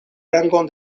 rangon